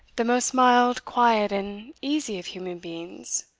the most mild, quiet, and easy of human beings,